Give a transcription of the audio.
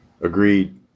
Agreed